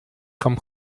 come